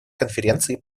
конференции